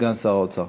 סגן שר האוצר.